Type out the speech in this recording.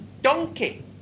donkey